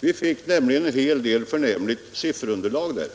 Vi fick nämligen där en hel del förnämligt siffermaterial.